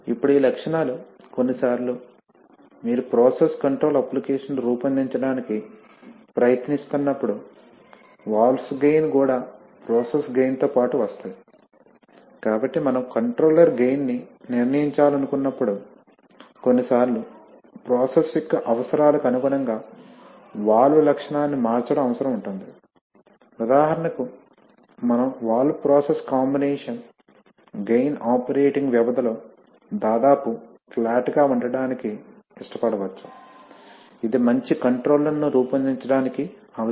ఇప్పుడు ఈ లక్షణాలు కొన్నిసార్లు మీరు ప్రాసెస్ కంట్రోల్ అప్లికేషన్ను రూపొందించడానికి ప్రయత్నిస్తున్నప్పుడు వాల్వ్స్ గెయిన్ కూడా ప్రాసెస్ గెయిన్ తో పాటు వస్తాయి కాబట్టి మనం కంట్రోలర్ గెయిన్ ని నిర్ణయించాలనుకున్నప్పుడు కొన్నిసార్లు ప్రాసెస్ యొక్క అవసరాలకు అనుగుణంగా వాల్వ్ లక్షణాన్ని మార్చడం అవసరం ఉంటుంది ఉదాహరణకు మనం valve process combination gain operating వ్యవధి లో దాదాపు ఫ్లాట్ గా ఉండటానికి ఇష్టపడవచ్చు ఇది మంచి కంట్రోలర్ ను రూపొందించడానికి అవసరం కావచ్చు